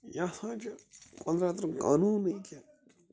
یہِ ہسا چھُ قۅدرتُک قانوٗن بیٚیہِ کیٛاہ